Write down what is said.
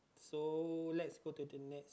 so let's put to team nets